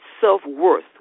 self-worth